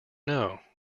know